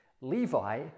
Levi